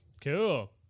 Cool